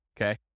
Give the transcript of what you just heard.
Okay